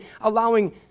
allowing